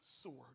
sword